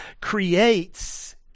creates